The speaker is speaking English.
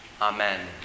Amen